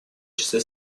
числе